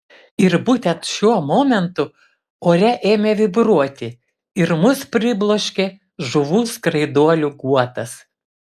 ir būtent šiuo momentu ore ėmė vibruoti ir mus pribloškė žuvų skraiduolių guotas